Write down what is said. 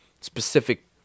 specific